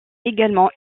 également